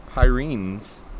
Pyrenees